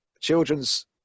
children's